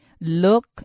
Look